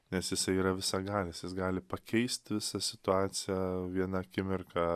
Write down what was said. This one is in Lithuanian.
nes jisai yra visagalis jis gali pakeist visą situaciją viena akimirka